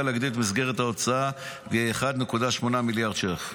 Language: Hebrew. להגדיל את מסגרת ההוצאה בכ-1.8 מיליארד ש"ח.